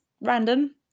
random